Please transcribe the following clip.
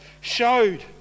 showed